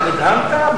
נדהמת?